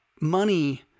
money